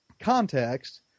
context